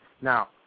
Now